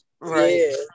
Right